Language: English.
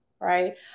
right